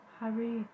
Harry